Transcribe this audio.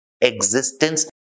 existence